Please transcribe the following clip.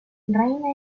reina